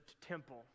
temple